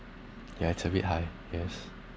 ya it's a bit high yes